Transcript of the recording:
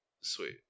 sweet